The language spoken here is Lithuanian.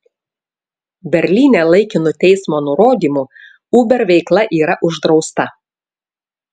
berlyne laikinu teismo nurodymu uber veikla yra uždrausta